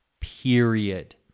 Period